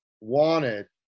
wanted